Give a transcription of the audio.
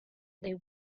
they